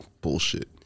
Bullshit